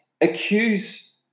accuse